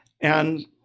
And-